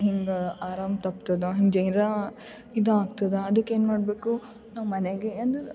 ಹಿಂಗೆ ಆರಾಮ್ ತಪ್ತದೆ ಹಿಂಗೆ ಏರ ಇದು ಆಗ್ತದೆ ಅದಕ್ಕೆ ಏನು ಮಾಡಬೇಕು ನಾವು ಮನೇಗೆ ಅಂದ್ರೆ